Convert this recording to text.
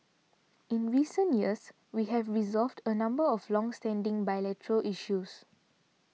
in recent years we have resolved a number of longstanding bilateral issues